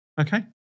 Okay